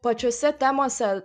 pačiose temose